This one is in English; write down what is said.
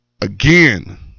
again